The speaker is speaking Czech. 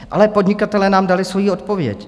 Ale podnikatelé nám dali svoji odpověď.